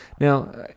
Now